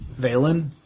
Valen